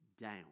down